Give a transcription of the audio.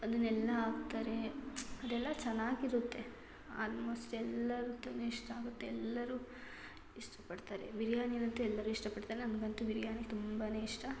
ಅದನ್ನೆಲ್ಲ ಹಾಕ್ತಾರೆ ಅದೆಲ್ಲ ಚೆನ್ನಾಗಿರುತ್ತೆ ಆಲ್ಮೋಸ್ಟ್ ಎಲ್ಲರ್ದೂ ಇಷ್ಟ ಆಗುತ್ತೆ ಎಲ್ಲರೂ ಇಷ್ಟಪಡ್ತಾರೆ ಬಿರ್ಯಾನಿನಂತೂ ಎಲ್ಲರೂ ಇಷ್ಟಪಡ್ತಾರೆ ನನಗಂತೂ ಬಿರ್ಯಾನಿ ತುಂಬ ಇಷ್ಟ